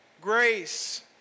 grace